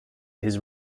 his